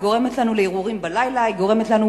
היא גורמת לנו להרהורים בלילה, היא גורמת לנו